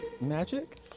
magic